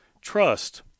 Trust